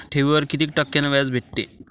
ठेवीवर कितीक टक्क्यान व्याज भेटते?